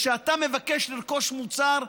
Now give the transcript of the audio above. שכשאתה מבקש לרכוש מוצר,